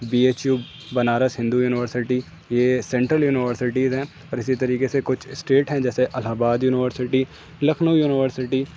be H U Banaras Hindu university یہ central universities ہیں اور اسی طریقے سے کچھ اسٹیٹ ہیں جیسے Allahabad university Lucknow university